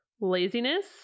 laziness